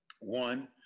one